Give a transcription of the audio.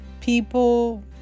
People